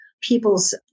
people's